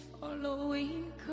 following